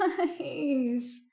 nice